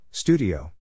Studio